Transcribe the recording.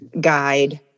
guide